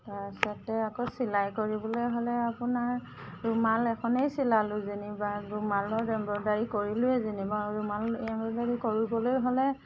তাৰপাছতে আকৌ চিলাই কৰিবলৈ হ'লে আপোনাৰ ৰুমাল এখনেই চিলালো যেনিবা ৰুমালত এম্ব্ৰইডেৰী কৰিলোঁৱেই যেনিবা ৰুমাল এম্ব্ৰইডেৰী কৰিবলৈ হ'লে